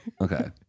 Okay